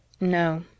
No